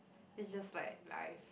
is just like life